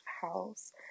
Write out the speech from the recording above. house